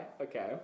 Okay